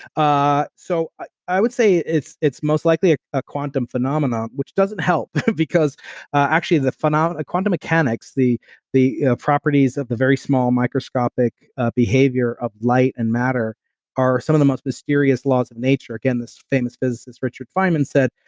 ah so i would say it's it's most likely a ah quantum phenomena which doesn't help because actually, the, quantum mechanics, the the properties of the very small microscopic ah behavior of light and matter are some of the most mysterious laws of nature. nature. again, this famous physicist, richard feynman said,